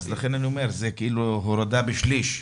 לכן אני אומר שזו הורדה בשליש.